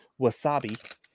Wasabi